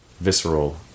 visceral